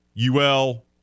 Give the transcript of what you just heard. UL